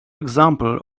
example